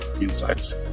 insights